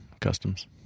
customs